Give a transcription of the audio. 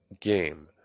game